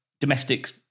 domestic